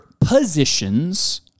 positions